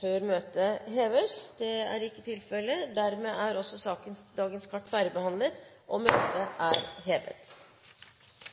før møtet heves. – Møtet er